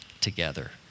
together